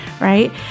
right